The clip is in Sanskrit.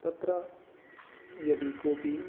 तत्र यदि कोऽपि